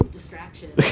Distraction